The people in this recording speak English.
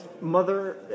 mother